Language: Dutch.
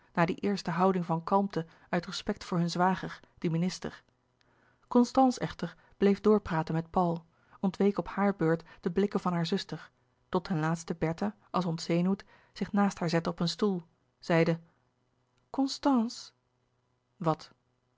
na die eerste houding van kalmte uit respect voor hun zwager den minister constance echter bleef doorpraten met paul ontweek op hare beurt de blikken van hare zuster tot ten laatste bertha als ontzenuwd zich naast haar zette op een stoel zeide constance wat